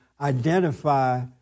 identify